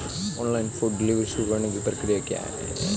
Online food delivery शुरू करने की प्रक्रिया क्या है?